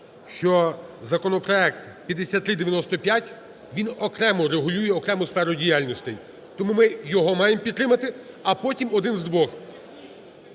що законопроект 5395, він окремо регулює окрему сферу діяльностей, тому ми його маємо підтримати, а потім один з двох.